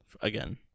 again